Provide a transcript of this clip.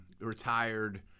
retired